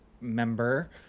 member